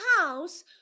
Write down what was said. house